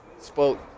spoke